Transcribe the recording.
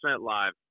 live